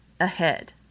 ahead